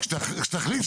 מצוין.